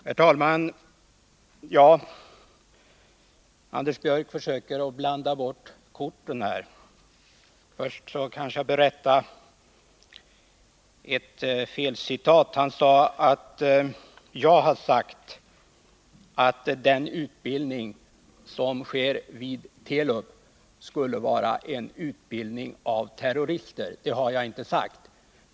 Herr talman! Anders Björck försöker blanda bort korten. Först kan jag rätta ett felcitat. Han sade att jag har sagt att den utbildning som sker vid Telub skulle vara en utbildning av terrorister. Det har jag inte sagt.